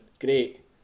great